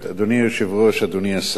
אדוני היושב-ראש, אדוני השר,